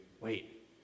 wait